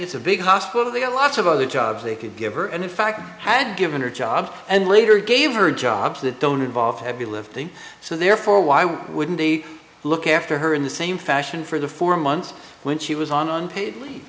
it's a big hospital they got lots of other jobs they could give her and in fact had given her job and later gave her jobs that don't involve heavy lifting so therefore why wouldn't he look after her in the same fashion for the four months when she was on unpaid leave